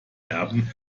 erben